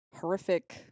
horrific